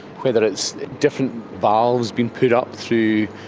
whether it's different valves being put up through,